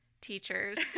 teachers